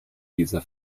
dieser